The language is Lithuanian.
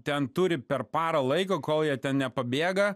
ten turi per parą laiko kol jie ten nepabėga